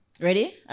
Ready